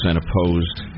opposed